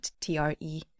TRE